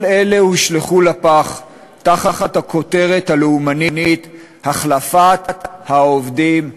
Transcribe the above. כל אלה הושלכו לפח תחת הכותרת הלאומנית "החלפת העובדים הזרים".